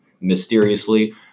mysteriously